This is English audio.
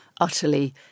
utterly